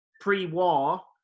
pre-war